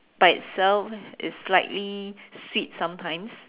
by itself is slightly sweet sometimes